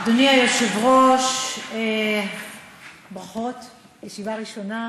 אדוני היושב-ראש, ברכות, זו הישיבה הראשונה.